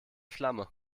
flamme